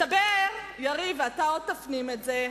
מסתבר, יריב, ואתה עוד תפנים את זה,